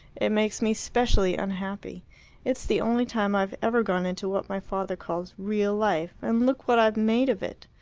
it makes me specially unhappy it's the only time i've ever gone into what my father calls real life' and look what i've made of it!